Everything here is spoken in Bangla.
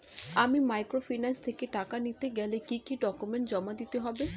আমি মাইক্রোফিন্যান্স থেকে টাকা নিতে গেলে কি কি ডকুমেন্টস জমা দিতে হবে?